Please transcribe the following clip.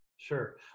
Sure